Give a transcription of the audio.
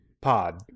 Pod